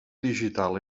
digital